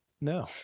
No